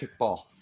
kickball